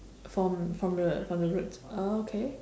from from the from the roots ah okay